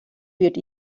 wird